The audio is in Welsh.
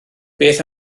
beth